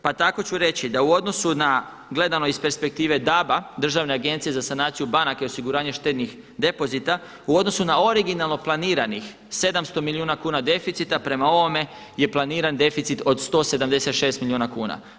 Pa tako ću reći da u odnosu na gledano iz perspektive DAB-a, Državne agencije za sanaciju banaka i osiguranje štednih depozita u odnosu na originalno planiranih 700 milijuna kuna deficita prema ovome je planiran deficit od 176 milijuna kuna.